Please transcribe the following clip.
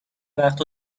وقت